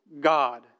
God